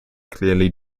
clearly